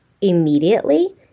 immediately